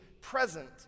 present